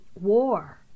war